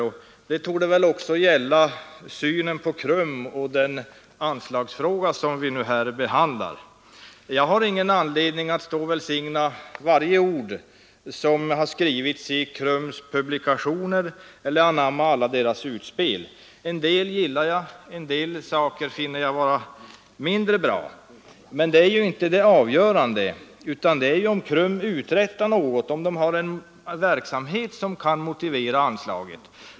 Det torde också gälla synen på KRUM och den anslagsfråga vi nu behandlar. Jag har ingen anledning att stå och välsigna varje ord som har skrivits i KRUM:s publikationer eller att anamma alla dess utspel — en del gillar jag, och en del finner jag mindre bra. Men det är ändå inte det avgörande, utan det är om KRUM uträttar något och bedriver en verksamhet som kan motivera anslaget.